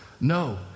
no